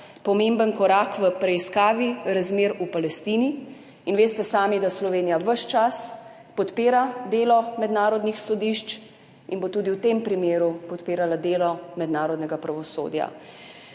pomemben korak v preiskavi razmer v Palestini. Veste sami, da Slovenija ves čas podpira delo mednarodnih sodišč, in bo tudi v tem primeru podpirala delo mednarodnega pravosodja.